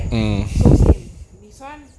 so same this [one]